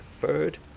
third